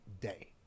day